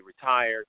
retired